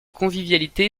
convivialité